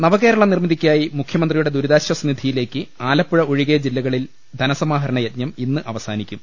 നവകേരള നിർമ്മിതിക്കായി മുഖ്യമന്ത്രിയുടെ ദുരിതാശ്വാസ നിധിയിലേക്ക് ആലപ്പുഴ ഒഴികെ ജില്ലകളിൽ ധനസമാഹ രണയജ്ഞം ഇന്ന് അവസാനിക്കും